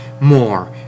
more